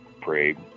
prayed